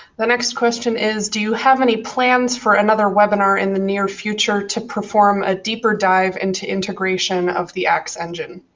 the next question is, do you have any plans for another webinar in the near future to perform a deeper dive into integration of the axe engine?